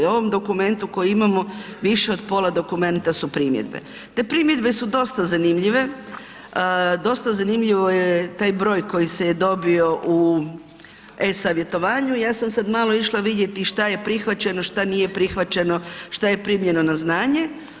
U ovom dokumentu koji imamo više od pola dokumenta su primjedbe, te primjedbe su dosta zanimljive, dosta je zanimljiv taj broj koji se je dobio u e-Savjetovanju i ja sam sada malo išla vidjeti šta je prihvaćeno, šta nije prihvaćeno, šta je primljeno na znanje.